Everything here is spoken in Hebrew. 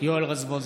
יואל רזבוזוב,